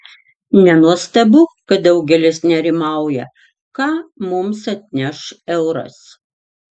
nenuostabu kad daugelis nerimauja ką mums atneš euras